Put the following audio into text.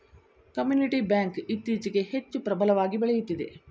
community bank ಇತ್ತೀಚೆಗೆ ಹೆಚ್ಚು ಪ್ರಬಲವಾಗಿ ಬೆಳೆಯುತ್ತಿದೆ